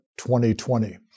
2020